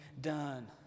done